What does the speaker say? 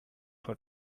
for